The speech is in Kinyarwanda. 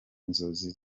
inzozi